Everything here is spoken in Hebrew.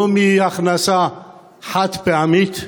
לא מהכנסה חד-פעמית,